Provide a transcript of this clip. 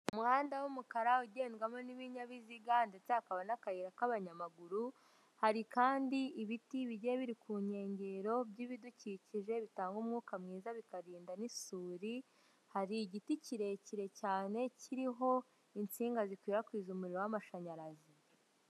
Umuhanda w'umukara ugendwamo n'ibinyabiziga ndetse hakaba n'akayira k'abanyamaguru, hari kandi ibiti bigiye biri ku nkengero by'ibidukikije bitanga umwuka mwiza bikarinda n'isuri, hari igiti kirekire cyane kiriho insinga zikwirakwiza umuriro w'amashanyarazi.